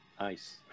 nice